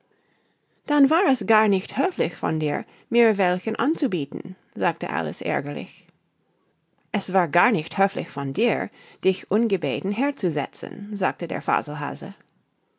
dann war es gar nicht höflich von dir mir welchen anzubieten sagte alice ärgerlich es war gar nicht höflich von dir dich ungebeten herzusetzen sagte der